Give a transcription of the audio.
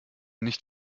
nicht